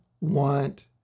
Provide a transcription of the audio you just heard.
want